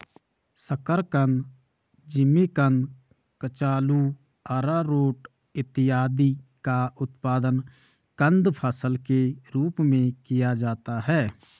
शकरकंद, जिमीकंद, कचालू, आरारोट इत्यादि का उत्पादन कंद फसल के रूप में किया जाता है